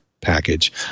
package